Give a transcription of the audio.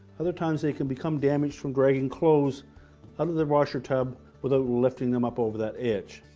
other times they can become damaged from dragging clothes out of the washer tub without lifting them up over that edge.